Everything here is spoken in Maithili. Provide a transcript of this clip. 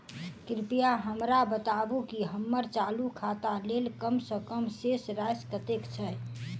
कृपया हमरा बताबू की हम्मर चालू खाता लेल कम सँ कम शेष राशि कतेक छै?